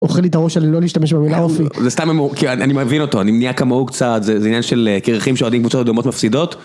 אוכל לי את הראש על לא להשתמש במילה אופי. זה סתם, אני מבין אותו, אני נהיה כמוהו קצת, זה עניין של קרחים שאוהדים קבוצות אדומות מפסידות.